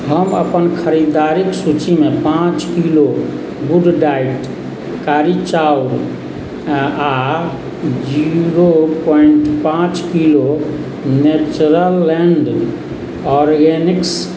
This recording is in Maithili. हम अपन खरीदारीक सूचिमे पाँच किलो गुडडाइट कारी चाउर आ जीरो पोइन्ट पाँच किलो नेचरललैण्ड ऑर्गेनिक्स